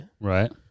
Right